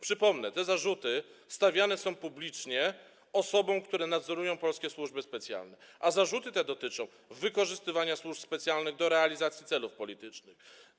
Przypomnę, te zarzuty stawiane są publicznie osobom, które nadzorują polskie służby specjalne, a zarzuty te dotyczą wykorzystywania służb specjalnych do realizacji celów politycznych.